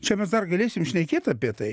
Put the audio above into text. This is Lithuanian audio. čia mes dar galėsim šnekėt apie tai